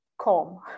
calm